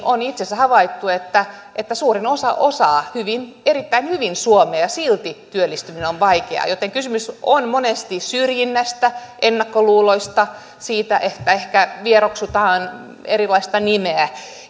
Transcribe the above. on itse asiassa havaittu että että suurin osa osaa erittäin hyvin suomea ja silti työllistyminen on vaikeaa joten kysymys on monesti syrjinnästä ennakkoluuloista siitä että ehkä vieroksutaan erilaista nimeä